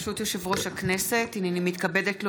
ברשות יושב-ראש הכנסת, הינני מתכבדת להודיעכם,